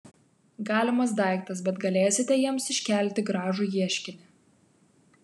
galimas daiktas bet galėsite jiems iškelti gražų ieškinį